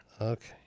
Okay